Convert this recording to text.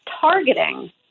targeting